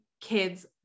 kids